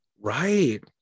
right